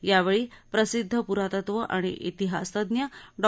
यावेळी प्रसिद्ध प्रातत्व आणि इतिहासतज्ञ डॉ